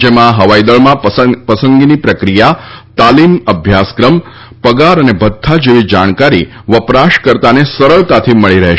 જેમાં હવાઈદળમાં પસંદગીની પ્રક્રિયા તાલિમ અભ્યાસક્રમ પગાર અને ભથ્થા જેવી જાણકારી વપરાશકર્તાને સરળતાથી મળી રહેશે